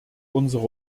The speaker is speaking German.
unsere